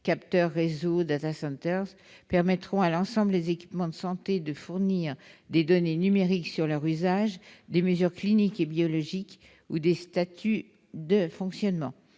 capteurs, réseaux, data centers - permettront à l'ensemble des équipements de santé de fournir des données numériques sur leur usage, des mesures cliniques et biologiques ou des statuts de fonctionnement.